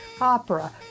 opera